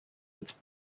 its